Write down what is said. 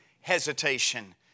hesitation